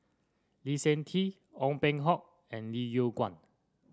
Lee Seng Tee Ong Peng Hock and Lim Yew Kuan